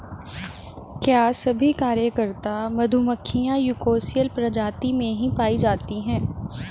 क्या सभी कार्यकर्ता मधुमक्खियां यूकोसियल प्रजाति में ही पाई जाती हैं?